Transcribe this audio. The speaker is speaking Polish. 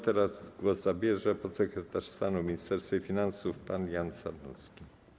Teraz głos zabierze podsekretarz stanu w Ministerstwie Finansów pan Jan Sarnowski.